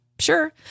Sure